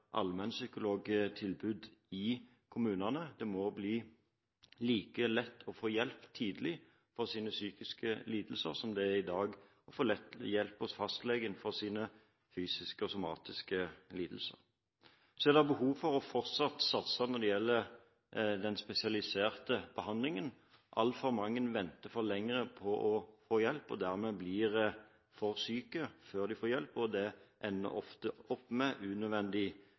allmennpsykologtilbud i kommunene. Det må bli like lett å få hjelp tidlig for sine psykiske lidelser, som det i dag er å få hjelp hos fastlegen for sine fysiske og somatiske lidelser. Det er behov for fortsatt å satse på den spesialiserte behandlingen. Altfor mange venter for lenge på å få hjelp – dermed blir de for syke før de får hjelp, og det ender ofte opp med unødvendig